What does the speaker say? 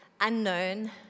unknown